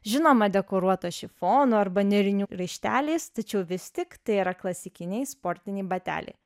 žinoma dekoruotą šifonu arba nėrinių raišteliais tačiau vis tik tai yra klasikiniai sportiniai bateliai